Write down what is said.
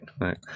right